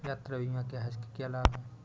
यात्रा बीमा क्या है इसके क्या लाभ हैं?